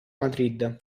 madrid